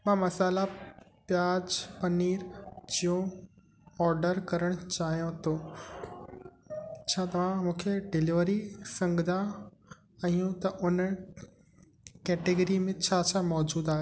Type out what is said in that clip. मां मसाल्हा प्याज पनीर जूं ऑर्डर करणु चाहियां थो छा तव्हां मूंखे डिलेवरी सघंदा आहियूं त उन कैटेगरी में छा छा मौजूदु आहे